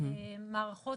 מערכות